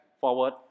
forward